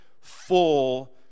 full